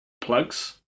plugs